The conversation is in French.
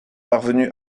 parvenus